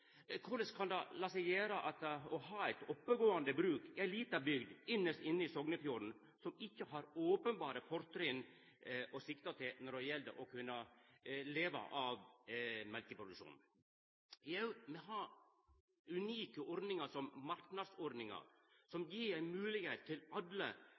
Korleis kan det la seg gjera å ha eit oppegåande bruk i eit lita bygd inst inne i Sognefjorden, som ikkje har openberre fortrinn når det gjeld å kunna leva av mjølkeproduksjonen? Jo, me har unike marknadsordningar som gjev moglegheit for alle til